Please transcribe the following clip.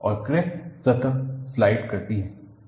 और क्रैक सतह स्लाइड करती है